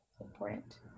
important